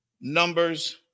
Numbers